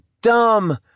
dumb